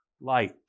light